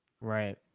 Right